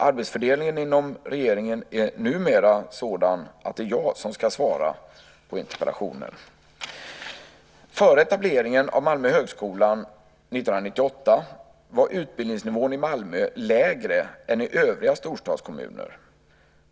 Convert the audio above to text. Arbetsfördelningen inom regeringen är numera sådan att det är jag som ska svara på interpellationen. Före etableringen av Malmö högskola 1998 var utbildningsnivån i Malmö lägre än i övriga storstadskommuner.